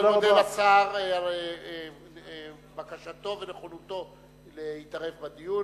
אני מאוד מודה לשר על בקשתו ונכונותו להתערב בדיון.